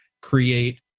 create